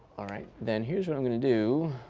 all right, then here's what i'm going to do.